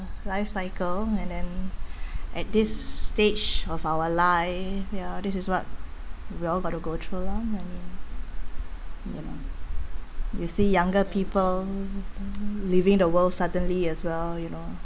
life cycle and then at this stage of our life ya this is what we all got to go through lor honey you know you see younger people leaving the world suddenly as well you know